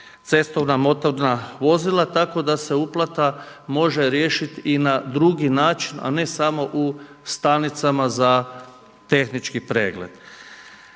cestovna motorna vozila tako da se uplata može riješiti i na drugi način, a ne samo u stanicama za tehnički pregled.